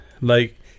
Like-